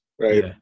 right